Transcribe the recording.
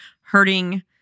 hurting